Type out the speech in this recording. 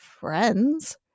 friends